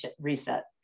reset